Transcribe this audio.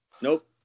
Nope